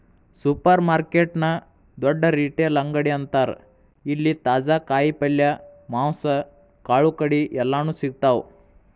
supermarket ನ ದೊಡ್ಡ retail ಅಂಗಡಿ ಅಂತಾರ ಇಲ್ಲಿ ತಾಜಾ ಕಾಯಿ ಪಲ್ಯ, ಮಾಂಸ, ಕಾಳುಕಡಿ ಎಲ್ಲಾನೂ ಸಿಗ್ತಾವ